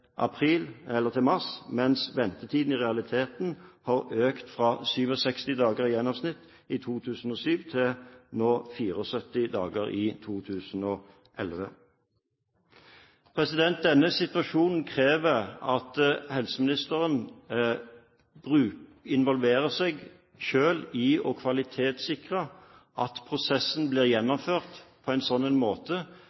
mars, mens ventetiden i realiteten har økt fra 67 dager i gjennomsnitt i 2007 til 74 dager nå, i 2011. Denne situasjonen krever at helseministeren involverer seg for å kvalitetssikre at prosessen blir